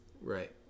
right